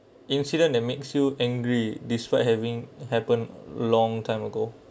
incident that makes you angry despite having happened long time ago